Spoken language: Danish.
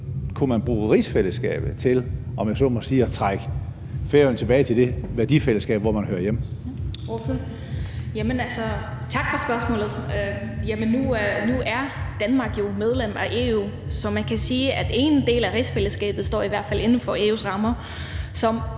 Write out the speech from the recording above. kunne bruge rigsfællesskabet til, om man så må sige, at trække Færøerne tilbage til det værdifællesskab, hvor man hører hjemme.